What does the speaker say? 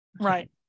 Right